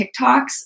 TikToks